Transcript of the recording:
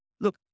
Look